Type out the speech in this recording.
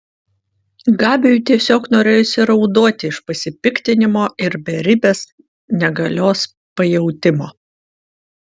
gabiui tiesiog norėjosi raudoti iš pasipiktinimo ir beribės negalios pajautimo